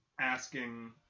asking